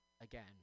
again